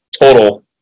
total